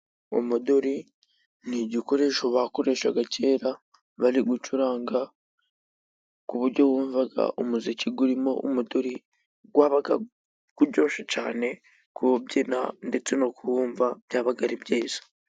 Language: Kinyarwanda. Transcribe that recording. Umuduri ni igikoresho bakoreshaga kera bari gucuranga. Ku buryo bumvaga umuziki urimo umuduri ,wabaga uryoshye cyane. Kuwubyina ndetse no kuwumva byari byiza.